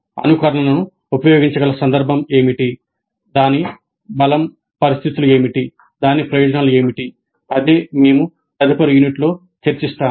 అనుకరణను ఉపయోగించగల సందర్భం ఏమిటి దాని బలం పరిమితులు ఏమిటి దాని ప్రయోజనాలు ఏమిటి అదే మేము తదుపరి యూనిట్లో చర్చిస్తాము